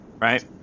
right